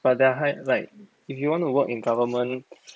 but they're hard right if you want to work in government